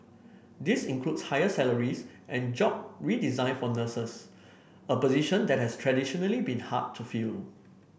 this includes higher salaries and job redesign for nurses a position that has traditionally been hard to fill